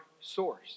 source